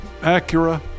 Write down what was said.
Acura